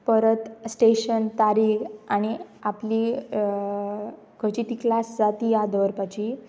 परत स्टेशन तारीख आनी आपली खंयची ती क्लास जात ती याद दवरपाची